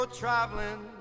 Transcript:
traveling